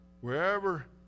Wherever